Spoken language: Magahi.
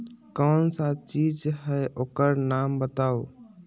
कौन सा चीज है ओकर नाम बताऊ?